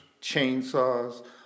chainsaws